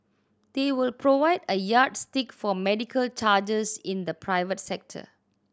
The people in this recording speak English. they will provide a yardstick for medical charges in the private sector